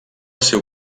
seu